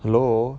hello